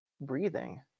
Breathing